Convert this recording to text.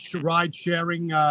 ride-sharing